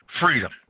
freedom